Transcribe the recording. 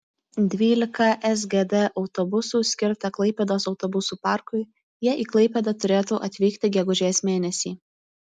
dvylika sgd autobusų skirta klaipėdos autobusų parkui jie į klaipėdą turėtų atvykti gegužės mėnesį